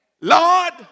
Lord